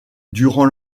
durant